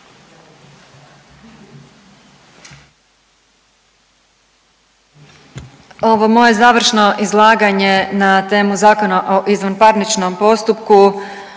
Ovo moje završno izlaganje na temu Zakona o izvanparničnom postupku